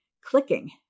Clicking